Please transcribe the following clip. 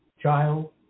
Child